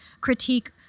critique